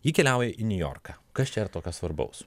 ji keliauja į niujorką kas čia tokio svarbaus